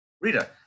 Rita